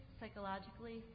psychologically